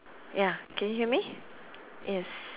ya can you hear me yes